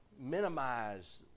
minimize